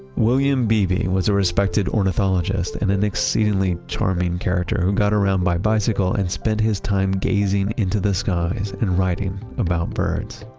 william beebe was a respected ornithologist and an exceedingly charming character who got around by bicycle and spent his time gazing into the skies and writing about birds.